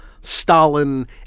stalin